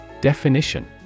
Definition